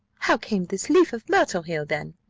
how came this leaf of myrtle here, then?